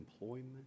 employment